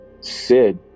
Sid